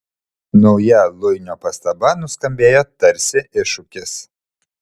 nauja luinio pastaba nuskambėjo tarsi iššūkis